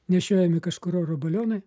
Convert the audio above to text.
nešiojami kažkur oro balionai